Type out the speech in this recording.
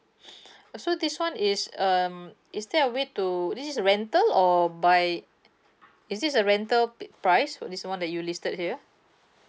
also this one is um is there a way to this is a rental or buy is this a rental pi~ price for this one that you listed here